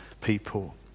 people